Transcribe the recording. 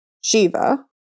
Shiva